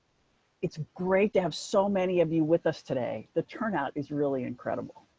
it's great to have so many of you with us today. the turnout is really incredible.